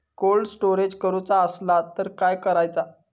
Cold storage करूचा असला तर कसा करायचा?